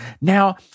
Now